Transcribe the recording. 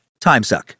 timesuck